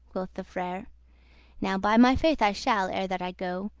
quoth the frere now by my faith i shall, ere that i go,